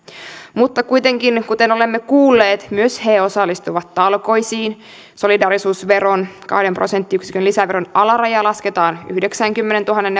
mutta kuitenkin kuten olemme kuulleet myös he osallistuvat talkoisiin solidaarisuusveron kahden prosenttiyksikön lisäveron alaraja lasketaan yhdeksänkymmenentuhannen